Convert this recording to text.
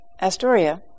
Astoria